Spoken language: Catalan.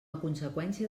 conseqüència